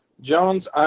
Jones